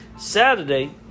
saturday